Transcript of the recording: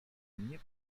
nie